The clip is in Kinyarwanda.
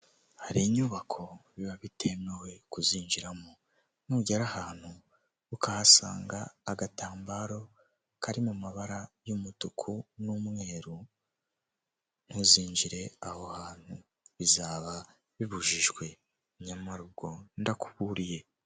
Hari inyubako biba bitemewe kuzinjiramo, n'ugera ahantu ukahasanga agatambaro kari mu mabara y'umutuku n'umweru ntuzinjire aho hantu, bizaba bibujijwe nyamara ubwo ndakuburiye.